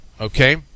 okay